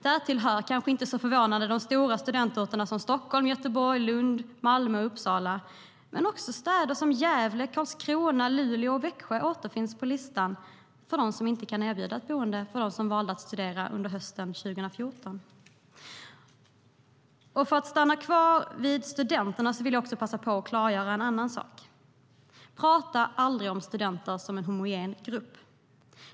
Dit hör, vilket kanske inte är förvånande, stora studentorter som Stockholm, Göteborg, Lund, Malmö och Uppsala, men också städer som Gävle, Karlskrona, Luleå och Växjö återfinns på listan över dem som inte kan erbjuda boende för dem som valde att studera där hösten 2014.Jag vill dröja kvar vid studenterna och passa på att klargöra en sak. Tala aldrig om studenter som en homogen grupp!